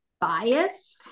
biased